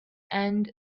and